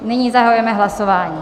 Nyní zahajujeme hlasování.